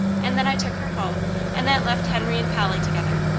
and then i took her home and that left henry and polly together.